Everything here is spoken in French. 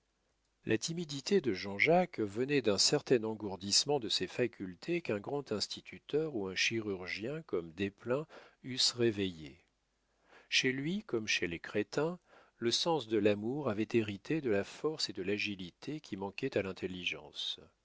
la timidité de jean-jacques venait d'un certain engourdissement de ses facultés qu'un grand instituteur ou un chirurgien comme desplein eussent réveillées chez lui comme chez les crétins le sens de l'amour avait hérité de la force et de l'agilité qui manquaient à l'intelligence